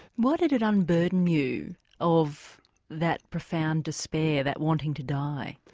why did it unburden you of that profound despair, that wanting to die?